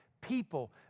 people